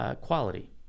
Quality